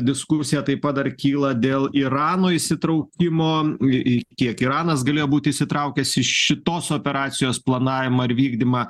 diskusija taip pat dar kyla dėl irano įsitraukimo į į kiek iranas galėjo būti įsitraukęs į šitos operacijos planavimą ir vykdymą